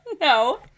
No